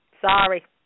Sorry